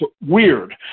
weird